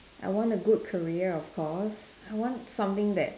I want a good career of course I want something that